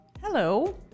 Hello